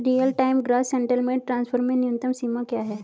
Real time gross settlement transfer में न्यूनतम सीमा क्या है?